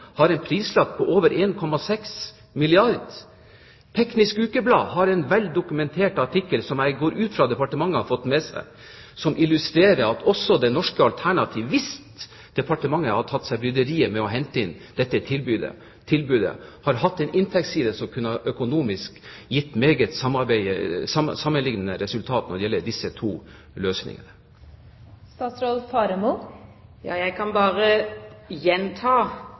har en prislapp på over 1,6 milliarder kr. Teknisk Ukeblad har en vel dokumentert artikkel, som jeg går ut fra at departementet har fått med seg, som illustrerer at også det norske alternativet – hvis departementet hadde tatt seg bryderiet med å hente det inn – hadde hatt en inntektsside som økonomisk kunne gitt et sammenlignbart resultat når det gjelder disse to løsningene. Jeg kan bare gjenta